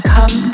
Come